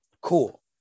cool